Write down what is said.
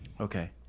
Okay